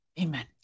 Amen